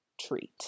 treat